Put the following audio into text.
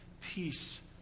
peace